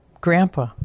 grandpa